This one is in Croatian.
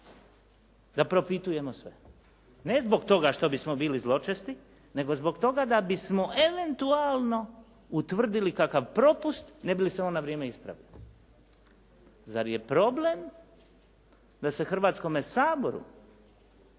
da propitujemo sve ne zbog toga što bismo bili zločesti nego zbog toga da bismo eventualno utvrdili kakav propust ne bi li se on na vrijeme ispravio. Zar je problem da se Hrvatskome saboru,